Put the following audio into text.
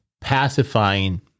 pacifying